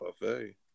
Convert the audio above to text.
buffet